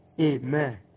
Amen